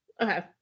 Okay